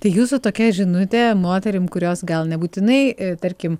tai jūsų tokia žinutė moterim kurios gal nebūtinai tarkim